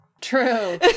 true